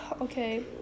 Okay